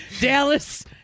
Dallas